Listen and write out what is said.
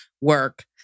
work